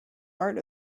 art